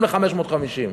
גם ל-550,000.